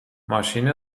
ماشین